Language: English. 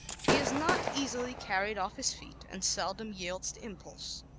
he is not easily carried off his feet and seldom yields to impulse.